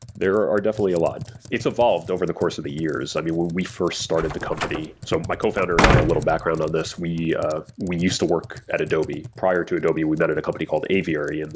there are definitely a lot. it's evolved over the course of the years. i mean, when we first started the company so my cofounder and i, a little background of this, we ah we used to work at adobe. prior to adobe, we've met at a company called aviary, and